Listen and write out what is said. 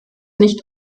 nicht